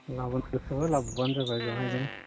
लाबोनो गोसोबा लाबोबानो जाबाय बेवहायनो